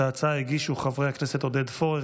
את ההצעה הגישו חברי הכנסת עודד פורר,